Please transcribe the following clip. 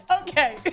Okay